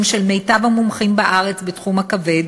של מיטב המומחים בארץ בתחום הכבד,